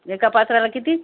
एका पात्राला किती